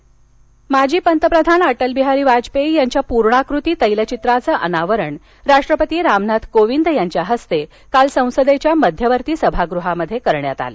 अटल विहारी वाजपेयी माजी पंतप्रधान अटल बिहारी वाजपेयी यांच्या पूर्णाकृती तैलचित्राचं अनावरण राष्ट्रपती रामनाथ कोविंद यांच्या हस्ते काल संसदेच्या मध्यवर्ती सभागृहात करण्यात आलं